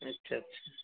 अच्छा अच्छा